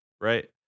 right